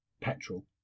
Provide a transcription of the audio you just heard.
petrol